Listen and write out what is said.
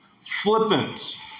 flippant